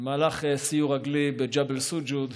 במהלך סיור רגלי בג'בל סוג'וד,